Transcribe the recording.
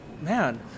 Man